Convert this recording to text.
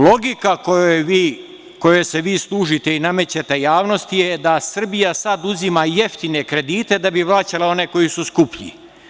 Logika kojom se vi služite i koju namećete javnosti je da Srbija sada uzima jeftine kredite da bi vraćala one koji su skuplji.